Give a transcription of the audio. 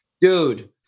Dude